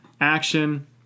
action